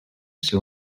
ser